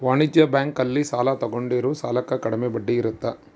ವಾಣಿಜ್ಯ ಬ್ಯಾಂಕ್ ಅಲ್ಲಿ ಸಾಲ ತಗೊಂಡಿರೋ ಸಾಲಕ್ಕೆ ಕಡಮೆ ಬಡ್ಡಿ ಇರುತ್ತ